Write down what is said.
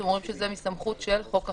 אתם אומרים שזה מסמכות של חוק אחר,